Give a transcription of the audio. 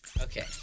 Okay